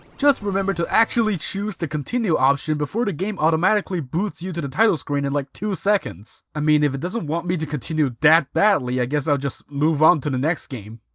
just remember to actually choose the continue option before the game automatically boots you to the title screen in like two seconds. i mean if it doesn't want me to continue that badly i guess i'll just move on to the next game.